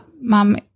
mum